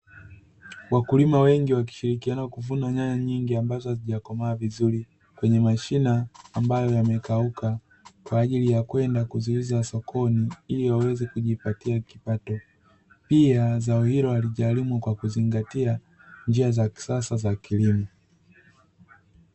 Wakulima wengi wakishirikiana kuvuna nyanya nyingi ambazo hazijakomaa vizuri kwenye mashina ambayo yamekauka kwa ajili ya kwenda kuziuza sokoni ili waweze kujipatia kipato. Pia zao hilo halijalimwa kwa kuzingatia njia za kisasa za kilimo.